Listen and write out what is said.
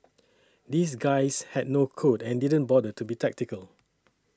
these guys had no code and didn't bother to be tactical